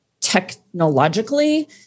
technologically